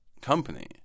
company